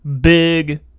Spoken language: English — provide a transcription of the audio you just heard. big